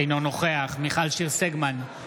אינו נוכח מיכל שיר סגמן,